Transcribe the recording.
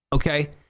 Okay